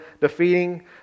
defeating